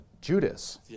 Judas